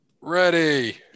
Ready